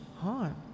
harm